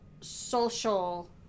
social